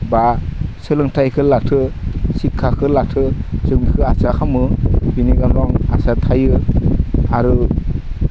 बा सोलोंथाइखो लाथो सिखाखो लाथो जों बेखो आसा खामो बिनि थाखाय आं आसा थायो आरो